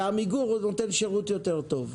ועמיגור נותן שירות יותר טוב?